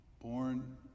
born